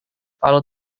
kalau